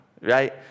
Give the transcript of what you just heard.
right